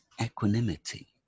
equanimity